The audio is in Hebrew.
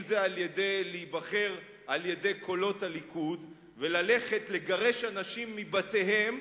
אם זה להיבחר על-ידי קולות הליכוד וללכת לגרש אנשים מבתיהם,